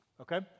okay